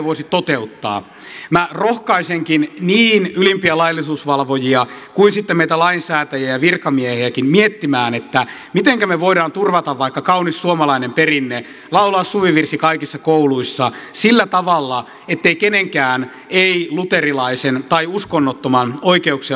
minä rohkaisenkin niin ylimpiä laillisuusvalvojia kuin sitten meitä lainsäätäjiä ja virkamiehiäkin miettimään mitenkä me voimme turvata vaikka kauniin suomalaisen perinteen laulaa suvivirsi kaikissa kouluissa sillä tavalla ettei kenenkään ei luterilaisen tai uskonnottoman oikeuksia loukata